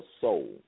soul